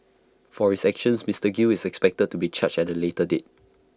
for his actions Mister gill is expected to be charged at A later date